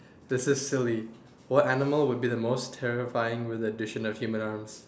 this is silly what animal will be the most terrifying with addition of human arms